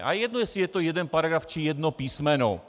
A je jedno, jestli je to jeden paragraf či jedno písmeno.